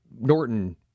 Norton